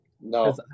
no